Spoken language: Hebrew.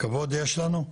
כבוד יש לנו,